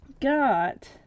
got